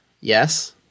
Yes